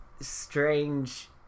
strange